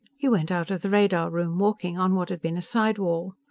he went out of the radar room, walking on what had been a side wall.